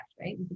right